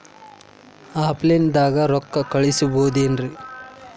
Offline ದಾಗ ರೊಕ್ಕ ಕಳಸಬಹುದೇನ್ರಿ?